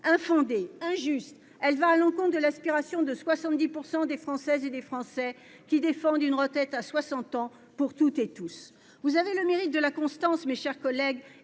Infondée, injuste, une telle disposition va à l'encontre de l'aspiration des 70 % de Françaises et de Français qui défendent une retraite à 60 ans pour toutes et tous. Vous avez le mérite de la constance, mes chers collègues